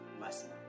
lesson